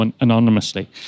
anonymously